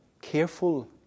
careful